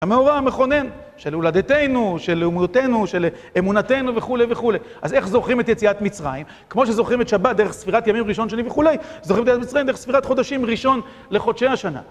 המאורע המכונן של הולדתנו, של לאומיותנו, של אמונתנו וכו' וכו'. אז איך זוכרים את יציאת מצרים? כמו שזוכרים את שבת דרך ספירת ימים ראשון שנים וכו', זוכרים את יציאת מצרים דרך ספירת חודשים ראשון לחודשי השנה.